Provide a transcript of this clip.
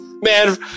Man